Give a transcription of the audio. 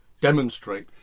demonstrate